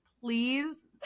please